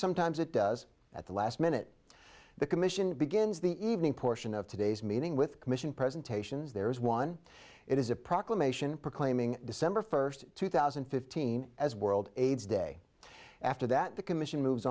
sometimes it does at the last minute the commission begins the evening portion of today's meeting with commission presentations there is one it is a proclamation proclaiming december first two thousand and fifteen as world aids day after that the commission moves